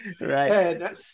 Right